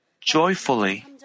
joyfully